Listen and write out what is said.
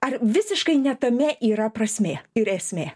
ar visiškai ne tame yra prasmė ir esmė